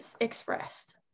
expressed